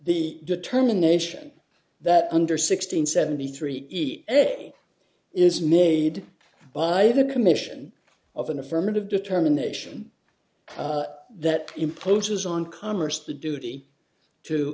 the determination that under sixteen seventy three a is made by the commission of an affirmative determination that imposes on commerce the duty to